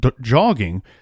jogging